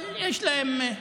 אבל יש להם,